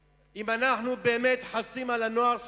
אם אנחנו באמת חסים על הנוער שלנו,